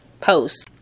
post